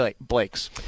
Blake's